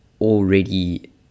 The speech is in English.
already